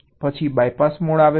પછી BYPASS મોડ આવે છે